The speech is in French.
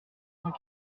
vingt